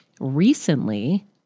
recently